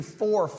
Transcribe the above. four